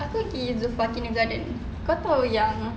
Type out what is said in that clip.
aku gi zulfa kindergarten kau tahu yang